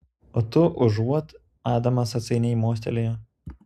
o tu užuot adamas atsainiai mostelėjo